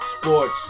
Sports